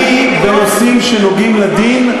אני, בנושאים שנוגעים לדין,